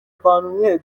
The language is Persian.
قانونیه